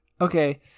Okay